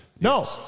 No